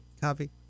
Copy